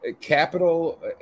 Capital